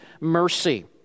mercy